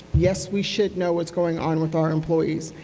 yes, we should know what's going on with our employees.